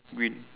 green